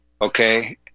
Okay